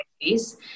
face